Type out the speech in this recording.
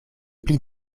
pli